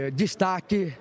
destaque